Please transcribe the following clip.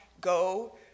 go